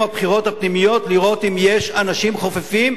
הבחירות הפנימיות לראות אם יש אנשים חופפים,